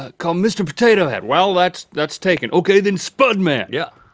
ah called mr. potato head well, that's that's taken. okay, then spudman. yeah!